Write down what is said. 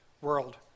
world